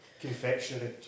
confectionery